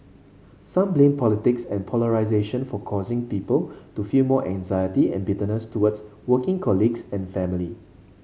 some blame politics and polarisation for causing people to feel more anxiety and bitterness towards working colleagues and family